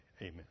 Amen